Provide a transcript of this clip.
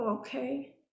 okay